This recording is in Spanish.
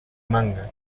manga